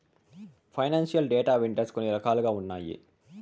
financial data vendors కొన్ని రకాలుగా ఉన్నాయి